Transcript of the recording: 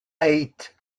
eight